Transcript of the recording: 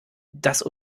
das